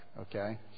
Okay